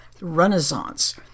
renaissance